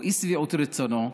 או אי-שביעות רצונו,